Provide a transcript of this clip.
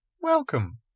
Welcome